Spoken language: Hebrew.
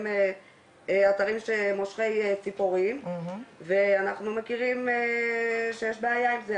שאתרים שהם מושכי ציפורים ואנחנו מכירים שיש בעיה עם זה,